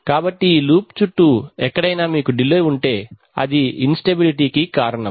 కాబట్టి ఈ లూప్ చుట్టూ ఎక్కడైనా మీకు డిలే ఉంటే అది ఇన్ స్టెబిలిటీ కు కారణం